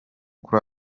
kuri